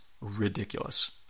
ridiculous